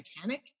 Titanic